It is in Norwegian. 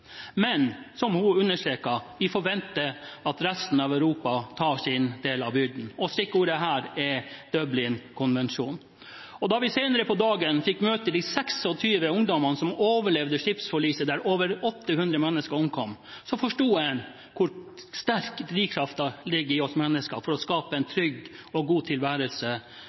Men hun understreket: Vi forventer at resten av Europa tar sin del av byrden. Stikkordet her er Dublin-konvensjonen. Da vi senere på dagen fikk møte de 26 ungdommene som overlevde skipsforliset der over 800 mennesker omkom, forsto jeg hvor sterk den drivkraften som ligger i mennesker for å skape en trygg og god tilværelse